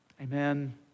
amen